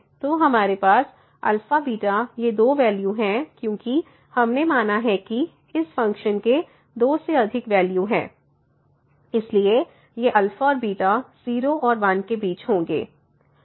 तोहमारे पास α β ये दो वैल्यू हैं क्योंकि हमने माना है कि इस फ़ंक्शन के दो से अधिक वैल्यू हैं इसलिए ये α और β 0 और 1 के बीच होंगे